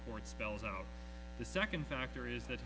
it spells out the second factor is that